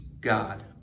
God